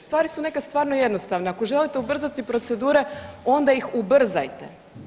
Stvari su nekad stvarno jednostavne, ako želite ubrzati procedure onda ih ubrzajte.